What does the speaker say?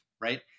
right